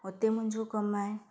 उते मुंहिंजो कमु आहे